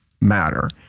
matter